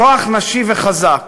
כוח נשי וחזק,